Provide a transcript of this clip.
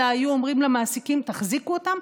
אלא היו אומרים למעסיקים: תחזיקו אותם,